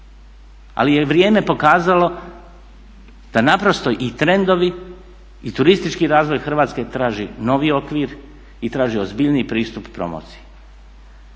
ali je vrijeme pokazalo da naprosto i trendovi i turistički razvoj Hrvatske traži novi okvir i traži ozbiljniji pristup promociji.